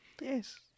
Yes